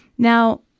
Now